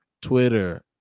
twitter